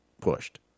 pushed